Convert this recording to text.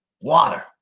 water